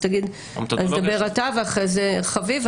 אז תגיד, תדבר אתה, חביב.